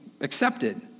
accepted